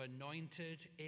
anointed